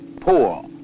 poor